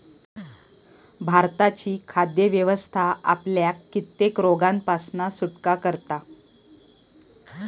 भारताची खाद्य व्यवस्था आपल्याक कित्येक रोगांपासना सुटका करता